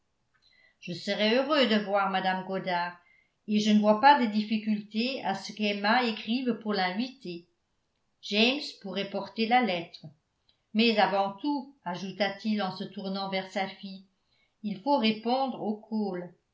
je serai heureux de voir mme goddard et je ne vois pas de difficulté à ce qu'emma écrive pour l'inviter james pourrait porter la lettre mais avant tout ajouta-t-il en se tournant vers sa fille il faut répondre aux cole